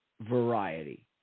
variety